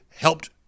helped